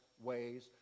ways